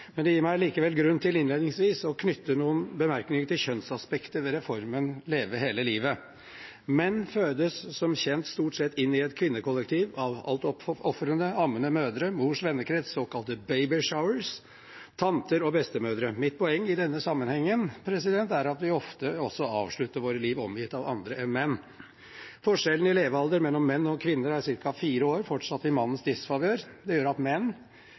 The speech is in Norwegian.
gir meg allikevel grunn til innledningsvis å knytte noen bemerkninger til kjønnsaspektet ved reformen Leve hele livet. Menn fødes som kjent stort sett inn i et kvinnekollektiv av altoppofrende, ammende mødre, mors vennekrets, såkalte babyshowers, tanter og bestemødre. Mitt poeng i denne sammenhengen er at vi ofte også avslutter våre liv omgitt av andre enn menn. Forskjellen i levealder mellom menn og kvinner er ca. fire år, fortsatt i mannens disfavør. Det gjør at menn